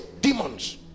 demons